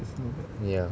ya